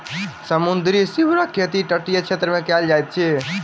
समुद्री सीवरक खेती तटीय क्षेत्र मे कयल जाइत अछि